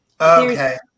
Okay